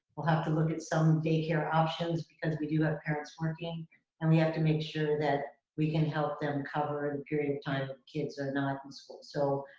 we'll have to look at some daycare options because we do have parents working and we have to make sure that we can help them cover the period of time the kids are not in school. so,